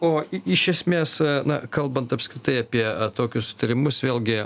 o iš esmės na kalbant apskritai apie tokius tyrimus vėlgi